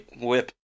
whip